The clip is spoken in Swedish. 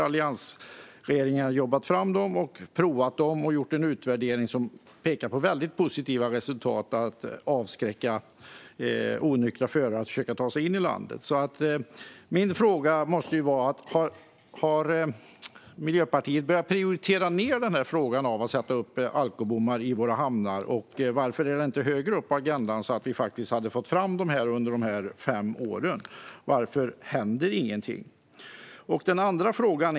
Alliansregeringen jobbade fram dem, lät prova ut dem och gjorde en utvärdering som pekade på positiva resultat i fråga om att avskräcka onyktra förare från att försöka ta sig in i landet. Har Miljöpartiet prioriterat ned frågan om att sätta upp alkobommar i våra hamnar? Varför har inte frågan varit högre upp på agendan, så att bommarna hade kunnat tas fram under dessa fem år? Varför händer ingenting?